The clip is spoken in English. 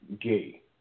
gay